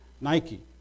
Nike